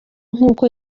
nk’uko